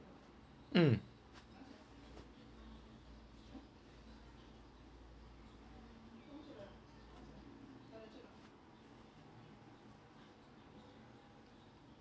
mm